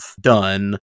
done